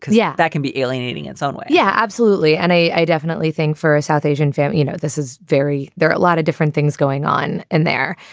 yeah, that can be alienating its own way yeah, absolutely. and i definitely think for a south asian family, you know, this is very there are a lot of different things going on in there.